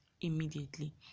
immediately